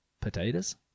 Potatoes